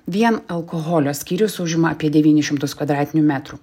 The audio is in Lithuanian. vien alkoholio skyrius užima apie devynis šimtus kvadratinių metrų